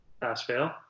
Pass-fail